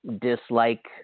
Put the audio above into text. dislike